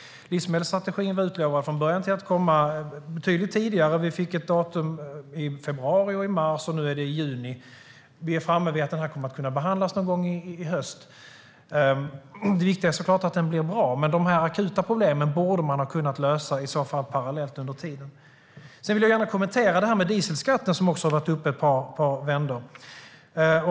Livsmedelsstrategin var från början utlovad att komma betydligt tidigare. Vi fick ett datum i februari och ett i mars, och nu är det juni som gäller. Vi är framme vid att detta kommer att kunna behandlas någon gång i höst. Det viktiga är såklart att strategin blir bra, men de akuta problemen borde man ha kunnat lösa parallellt under tiden. Jag vill gärna kommentera dieselskatten, som har varit uppe i ett par vändor.